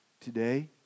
today